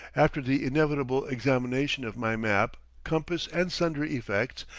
after the inevitable examination of my map, compass, and sundry effects,